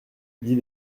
dix